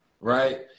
right